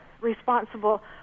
responsible